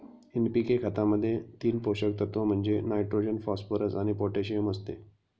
NPK खतामध्ये तीन पोषक तत्व म्हणजे नायट्रोजन, फॉस्फरस आणि पोटॅशियम असते